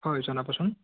হয় জনাবচোন